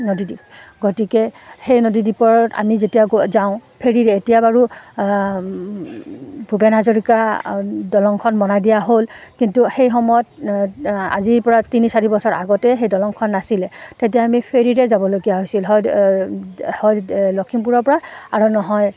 নদীদ্বীপ গতিকে সেই নদীদ্বীপত আমি যেতিয়া যাওঁ ফেৰীৰে এতিয়া বাৰু ভূপেন হাজৰিকা দলংখন বনাই দিয়া হ'ল কিন্তু সেই সময়ত আজিৰ পৰা তিনি চাৰি বছৰ আগতে সেই দলংখন নাছিলে তেতিয়া আমি ফেৰীৰে যাবলগীয়া হৈছিল হয় হয় লখিমপুৰৰ পৰা আৰু নহয়